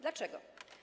Dlaczego?